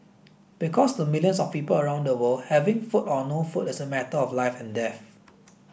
because to millions of people around the world having food or no food is a matter of life and death